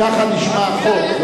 כך נשמע החוק, לא